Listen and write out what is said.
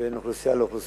בין אוכלוסייה לאוכלוסייה.